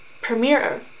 premiere